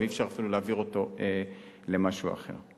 ואי-אפשר אפילו להעביר אותו למשהו אחר.